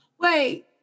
Wait